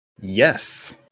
Yes